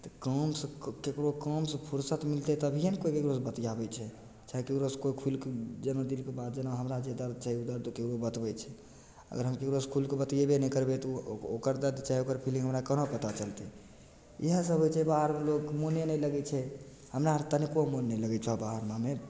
तऽ कामसँ ककरो कामसँ फुरसत मिलतय तभिये ने कोइ ककरोसँ बतियाबय छै चाहे ककरोसँ कोइ खुलिकऽ जेना दिलके बात जेना हमरा जे दर्द छै उ दर्द ककरो बतबय छै अगर हम ककरोसँ खुलिकऽ बतियेबे नहि करबय तऽ उ ओकर दर्द छै ओकर फीलिंग हमरा कोना पता चलतय इएहे सभ होइ छै बाहरमे लोकके मोने नहि लगय छै हमरा आर तनिको मोन नहि लगय छौ बाहरमे हमे